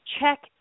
check